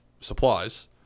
supplies